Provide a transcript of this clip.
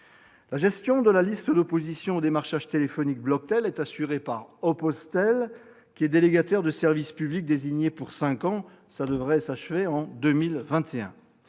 La gestion de la liste d'opposition au démarchage téléphonique, Bloctel, est assurée par Opposetel, le délégataire de service public désigné pour cinq ans, la délégation prenant fin en 2021.